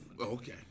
Okay